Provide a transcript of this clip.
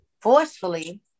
forcefully